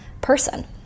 person